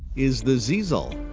is the ziesel,